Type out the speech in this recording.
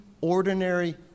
ordinary